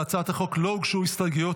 להצעת החוק לא הוגשו הסתייגויות.